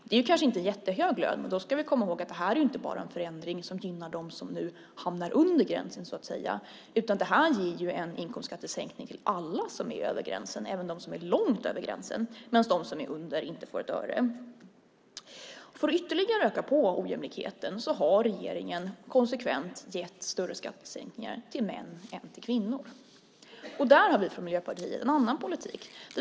Det är kanske inte en jättehög lön, men då ska vi komma ihåg att det här inte är en förändring som gynnar bara dem som nu hamnar under gränsen. Det ger en inkomstskattesänkning för alla som ligger över gränsen, även de som ligger långt över gränsen, medan de som ligger under den inte får ett öre. För att ytterligare öka på ojämlikheten har regeringen konsekvent gett större skattesänkningar till män än till kvinnor. Där har vi från Miljöpartiet en annan politik.